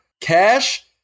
cash